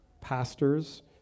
pastors